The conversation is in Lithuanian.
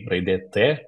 raidė t